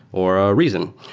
or a reason,